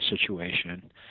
situation